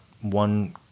one